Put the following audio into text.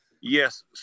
Yes